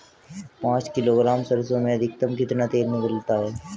पाँच किलोग्राम सरसों में अधिकतम कितना तेल निकलता है?